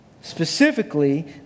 Specifically